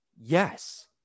Yes